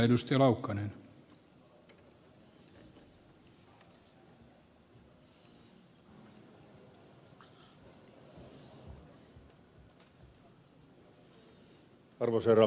arvoisa herra puhemies